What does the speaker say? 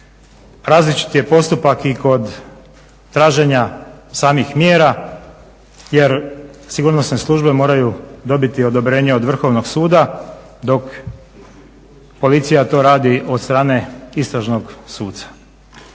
različit je postupak i kod traženja samih mjera. Jer sigurnosne službe moraju dobiti odobrenje od Vrhovnog suda, dok policija to radi od strane istražnog suca.